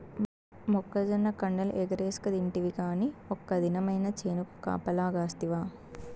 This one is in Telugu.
మొక్కజొన్న కండెలు ఎగరేస్కతింటివి కానీ ఒక్క దినమైన చేనుకు కాపలగాస్తివా